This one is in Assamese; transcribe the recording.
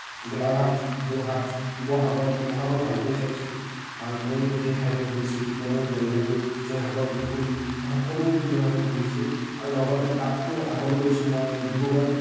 গোলাঘাট যোৰহাট শিৱসাগৰ শিৱসাগৰ ভালকৈয়ে চাইছোঁ ভালকৈ গোটেই ঠাইবোৰ ঘূৰিছোঁ শিৱদৌল জয়দৌল জয়সাগৰ পুখুৰী এই সকলোবোৰ সুন্দৰভাৱে ঘূৰিছোঁ আৰু লগতে তাতকৈও আগলৈ গৈছোঁ মই ডিব্ৰুগড়